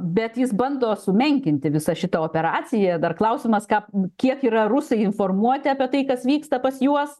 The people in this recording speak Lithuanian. bet jis bando sumenkinti visą šitą operaciją dar klausimas kam kiek yra rusai informuoti apie tai kas vyksta pas juos